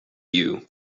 you